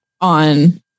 on